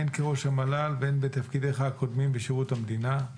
הן כראש המל"ל והן בתפקידיך הקודמים בשירות המדינה.